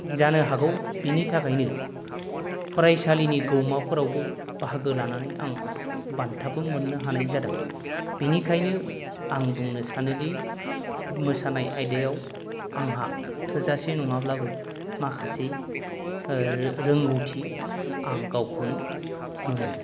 जानो हागौ बेनि थाखायनो फरायसालिनि गौमाफोरावबो बाहागो लानानै आं बान्थाबो मोननो हानाय जादों बेनिखायनो आं बुंनो सानो दि मोसानाय आयदायाव आंहा थोजासे नङाब्लाबो माखासे रोंगौथि आं गावखौनो मोनो